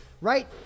right